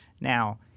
Now